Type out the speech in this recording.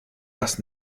das